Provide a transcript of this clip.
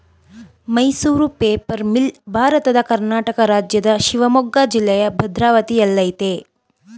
Mysuru paper mill ಭಾರತದ ಕರ್ನಾಟಕ ರಾಜ್ಯದ ಶಿವಮೊಗ್ಗ ಜಿಲ್ಲೆಯ ಭದ್ರಾವತಿಯಲ್ಲಯ್ತೆ